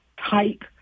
type